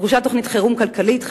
דרושה תוכנית חירום כלכלית,